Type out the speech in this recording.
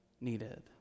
needed